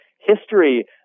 history